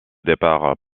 départ